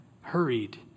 hurried